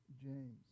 James